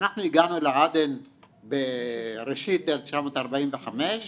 אנחנו הגענו לעדן בראשית 1945,